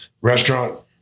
restaurant